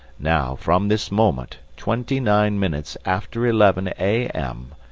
now from this moment, twenty-nine minutes after eleven, a m,